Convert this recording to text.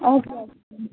okay okay